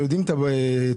שיודעות מה הבעיות.